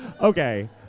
Okay